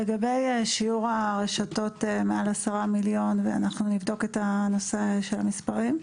לגבי שיעור הרשתות מעל 10 מיליון - אנחנו נבדוק את הנושא של המספרים.